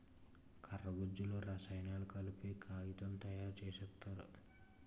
కర్ర గుజ్జులో రసాయనాలు కలిపి కాగితం తయారు సేత్తారు